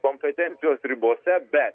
kompetencijos ribose be